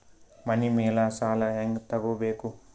ಮನಿ ಮೇಲಿನ ಸಾಲ ಹ್ಯಾಂಗ್ ತಗೋಬೇಕು?